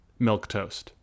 Milktoast